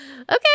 Okay